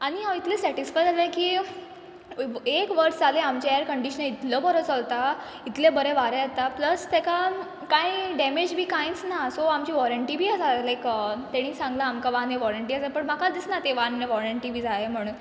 आनी हांव इतलें सेटिस्फाय जालें की एक वर्स जालें आमचें एयरकंडीशनेक इतलो बरो चलता इतलें बरें वारें येता प्लस तेका काय डेमेज बी कांयच ना सो आमची वोरंटी बी आसा लायक तेणेन सांगला आमकां वान यर वॉरंटी पूण म्हाका दिसना ताका वन यर वॉरंटी जाय म्हणून